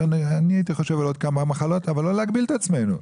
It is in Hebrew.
אני הייתי חושב על עוד כמה מחלות אבל לא להגביל את עצמנו.